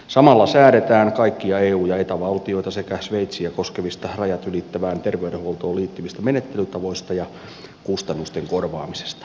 samalla säädetään kaikkia eu ja eta valtioita sekä sveitsiä koskevista rajat ylittävään terveydenhuoltoon liittyvistä menettelytavoista ja kustannusten korvaamisesta